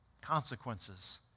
consequences